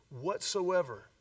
whatsoever